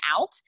out